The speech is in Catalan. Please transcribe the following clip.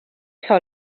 sol